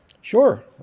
Sure